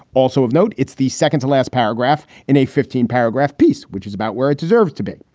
also of note, it's the second to last paragraph in a fifteen paragraph piece, which is about where it deserves to be.